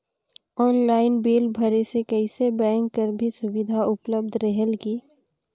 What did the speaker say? Online bill भरे से कइसे बैंक कर भी सुविधा उपलब्ध रेहेल की?